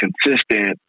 consistent